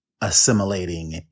assimilating